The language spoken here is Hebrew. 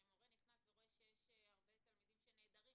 מורה נכנס ורואה שיש הרבה תלמידים שנעדרים,